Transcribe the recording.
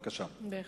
בהחלט.